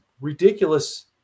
ridiculous